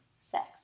sex